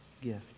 gift